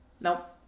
Nope